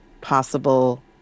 possible